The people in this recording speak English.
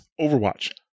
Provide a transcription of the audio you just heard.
Overwatch